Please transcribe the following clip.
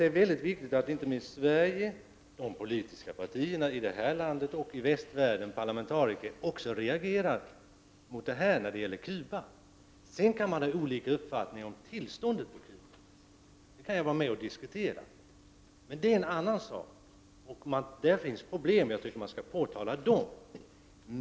Det är enligt min mening mycket viktigt att Sverige, de politiska partierna i det här landet liksom parlamentariker i västvärlden i övrigt reagerar mot vad som nu sker i Cuba. Sedan kan man ha olika uppfattning om tillståndet i Cuba, det kan jag vara med och diskutera. Detta är emellertid en annan sak. Det finns problem i Cuba, och jag tycker att man skall påtala dem.